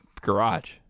garage